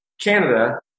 Canada